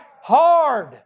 hard